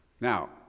Now